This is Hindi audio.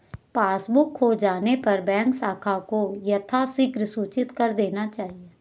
पासबुक खो जाने पर बैंक शाखा को यथाशीघ्र सूचित कर देना चाहिए